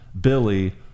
Billy